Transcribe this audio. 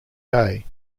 day